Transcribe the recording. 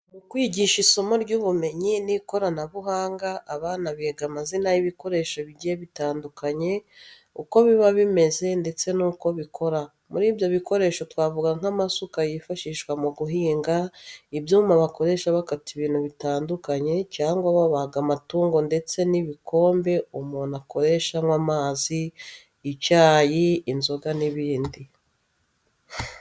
Mu kwigisha isomo ry'ubumenyi n'ikoranabuhanga, abana biga amazina y'ibikoresho bigiye bitandukanye, uko biba bimeze ndetse n'uko bikora. Muri ibyo bikoresho twavuga nk'amasuka yifashishwa mu guhinga, ibyuma bakoresha bakata ibintu bitandukanye cyangwa babaga amatungo ndetse n'ibikombe umuntu akoresha anywa amazi, icyayi, inzoga n'ibindi.